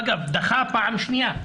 אגב דחה בפעם השנייה,